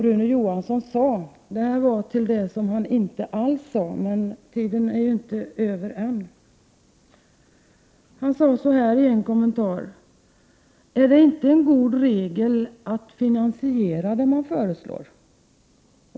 Rune Johansson sade i en kommentar: Är det inte en god regel att finansiera det man föreslår?